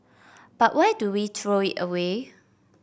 but why do we throw it away